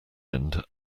end